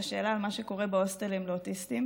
שאלה על מה שקורה בהוסטלים לאוטיסטים,